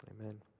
Amen